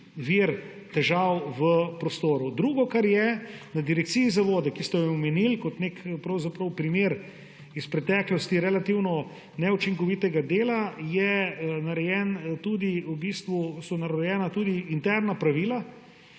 težav v prostoru. Drugo, kar je, na Direkciji za vode, ki ste jo omenili kot nek primer iz preteklosti relativno neučinkovitega dela, so narejena tudi interna pravila,